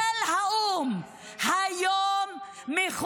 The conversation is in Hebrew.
של האו"ם -- מדינת ישראל נלחמת בטרור, גברת.